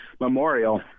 memorial